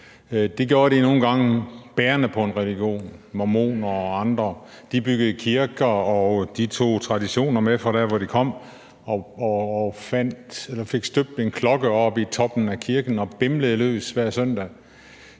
Det gjorde de nogle gange bærende på en religion – mormoner og andre. De byggede kirker, og de tog traditioner med fra der, hvor de kom fra. De fik støbt en klokke og anbragt den oppe i toppen af kirken og bimlede løs hver søndag.